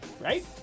right